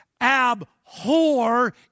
Abhor